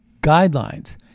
guidelines